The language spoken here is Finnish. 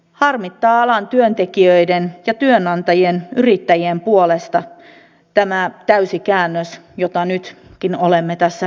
harmittaa alan työntekijöiden ja työnantajien yrittäjien puolesta tämä täyskäännös jota nytkin olemme tässä todistamassa